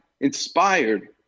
inspired